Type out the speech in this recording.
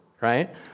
right